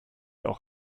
auch